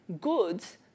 goods